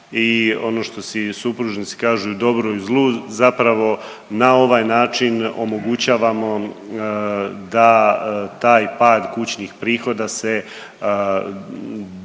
i ono što si i supružnici kažu i u dobru i u zlu zapravo na ovaj način omogućavamo da taj pad kućnih prihoda se donekle